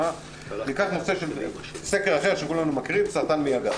ניקח סקר אחר שכולנו מכירים למחלת סרטן המעי הגס